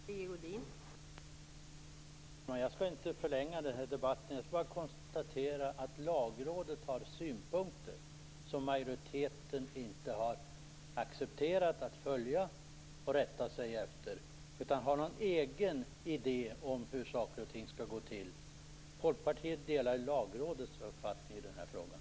Fru talman! Jag skall inte förlänga den här debatten utan bara konstatera att Lagrådet har synpunkter som majoriteten inte har accepterat att rätta sig efter. I stället har man en egen idé om hur saker och ting skall gå till. Folkpartiet delar Lagrådets uppfattning i den här frågan.